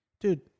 Dude